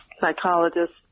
psychologist